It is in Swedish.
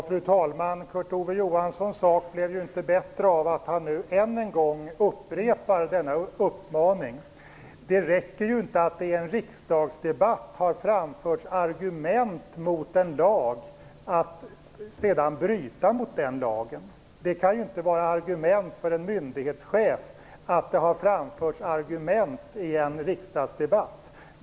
Fru talman! Kurt Ove Johanssons sak blev inte bättre av att han än en gång upprepar denna uppmaning. Det räcker inte att det i en riksdagsdebatt framförts argument mot en lag för att sedan bryta mot denna lag. Det faktum att det framförts argument i en riksdagsdebatt kan ju inte vara tillräckliga argument för en myndighetschef.